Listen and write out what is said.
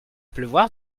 pleuvoir